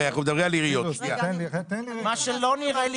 שהרי אנחנו מדברים על עיריות --- מה שלא נראה לי